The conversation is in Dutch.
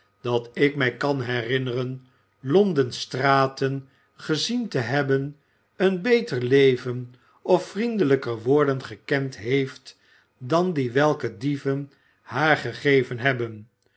dat ik mij kan herinneren l o n d e n's straten gezien te hebben een beter leven of vriendelijker woorden gekend heeft dan die welke dieven haar gegeven hebben